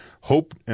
Hope